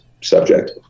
subject